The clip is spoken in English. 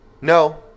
No